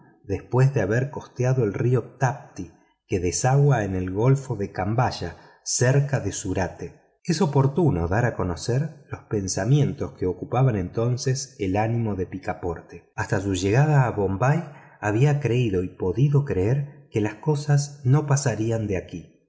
después de haber costeado el río tapty que desagua en el golfo de caniboya cerca de surate es oportuno dar a conocer los pensamientos que ocupaban entonces el ánimo de picaporte hasta su llegada a bombay había creído y podido creer que las cosas no pasarían de aquí